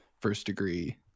first-degree